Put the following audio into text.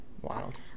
wild